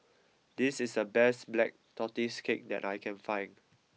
this is the best black tortoise cake that I can find